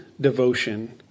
devotion